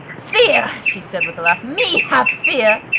fear! she said with a laugh. me have fear?